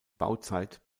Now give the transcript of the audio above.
bauzeit